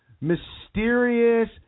mysterious